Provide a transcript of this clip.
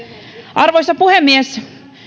arvoisa puhemies